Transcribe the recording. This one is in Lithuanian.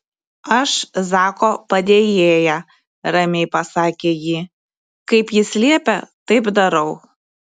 aš zako padėjėja ramiai pasakė ji kaip jis liepia taip darau